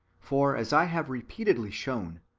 for, as i have repeatedly shown,